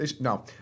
No